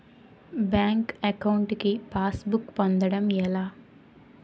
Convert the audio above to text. Bank account కి passbook పొందడం ఎలా?